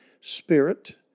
spirit